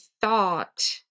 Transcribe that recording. thought